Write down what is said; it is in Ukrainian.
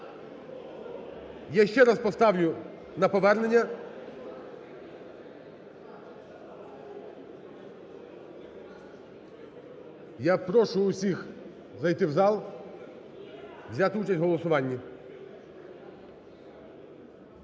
Я ще раз поставлю на повернення. Я прошу всіх зайти в зал, взяти участь в голосуванні.